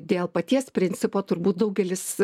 dėl paties principo turbūt daugelis